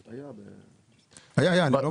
היה, היה.